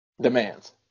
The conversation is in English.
Demands